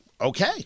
okay